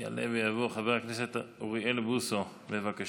יעלה ויבוא חבר הכנסת אוריאל בוסו, בבקשה.